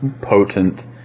potent